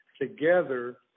together